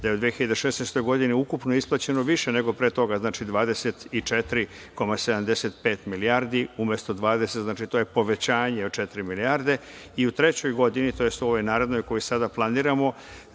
da je u 2016. godini ukupno isplaćeno više nego pre toga. Znači, 24,75 milijardi umesto 20. Dakle, to je povećanje od 4 milijarde. U trećoj godini, tj. u ovoj narednoj koju sada planiramo,